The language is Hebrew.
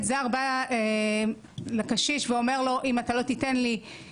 זר בא לקשיש ואומר לו אם אתה לא תיתן לי כסף,